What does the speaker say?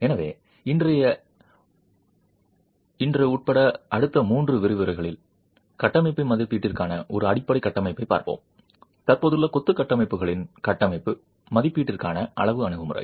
எனவே இன்றைய உட்பட அடுத்த மூன்று விரிவுரைகளில் கட்டமைப்பு மதிப்பீட்டிற்கான ஒரு அடிப்படை கட்டமைப்பைப் பார்ப்போம் தற்போதுள்ள கொத்து கட்டமைப்புகளின் கட்டமைப்பு மதிப்பீட்டிற்கான அளவு அணுகுமுறை